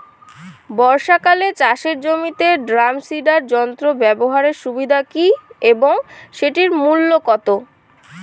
বর্ষাকালে চাষের জমিতে ড্রাম সিডার যন্ত্র ব্যবহারের সুবিধা কী এবং সেটির মূল্য কত?